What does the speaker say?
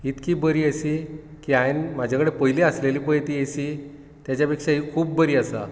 इतकी बरी एसी की हांयेन म्हजे कडेन पयलीं आसली पळय ती एसी तेच्या पेक्षा ही खूब बरी आसा